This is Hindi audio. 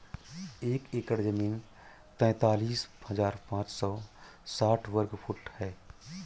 एक एकड़ जमीन तैंतालीस हजार पांच सौ साठ वर्ग फुट है